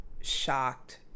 shocked